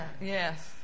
yes